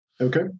Okay